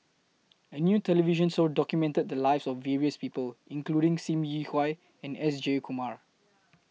A New television Show documented The Lives of various People including SIM Yi Hui and S Jayakumar